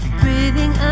breathing